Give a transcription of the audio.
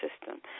system